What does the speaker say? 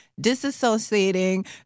disassociating